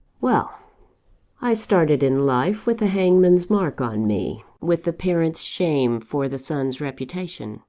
well i started in life with the hangman's mark on me with the parent's shame for the son's reputation.